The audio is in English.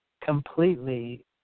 completely